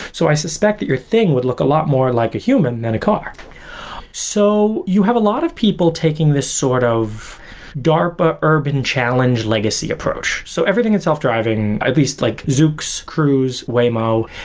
so i suspect that your thing would look a lot more like a human than a car so you have a lot of people taking this sort of darpa urban challenge legacy approach. so everything in self-driving, at least like zoox, cruise, waymo,